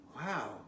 Wow